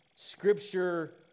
Scripture